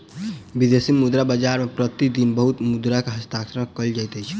विदेशी मुद्रा बाजार मे प्रति दिन बहुत मुद्रा के हस्तांतरण कयल जाइत अछि